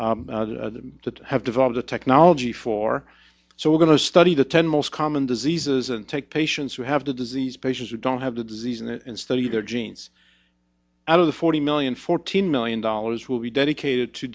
to have developed the technology for so we're going to study the ten most common diseases and take patients who have the disease patients who don't have the disease and study their genes out of the forty million fourteen million dollars will be dedicated to